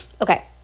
Okay